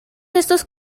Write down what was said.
estos